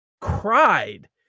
cried